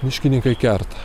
miškininkai kerta